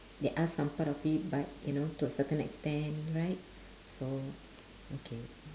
there are some part of it but you know to a certain extent right so okay